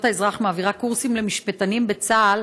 האזרח מעבירה קורסים למשפטנים בצה"ל,